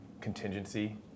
contingency